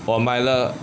我买了